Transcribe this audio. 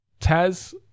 Taz